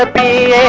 ah be